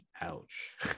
Ouch